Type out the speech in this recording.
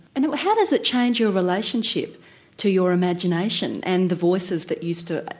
and how does it change your relationship to your imagination and the voices that used to,